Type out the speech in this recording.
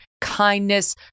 kindness